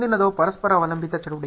ಮುಂದಿನದು ಪರಸ್ಪರ ಅವಲಂಬಿತ ಚಟುವಟಿಕೆ